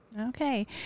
Okay